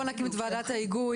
בואו נקים את ועדת ההיגוי,